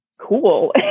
cool